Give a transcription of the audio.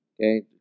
Okay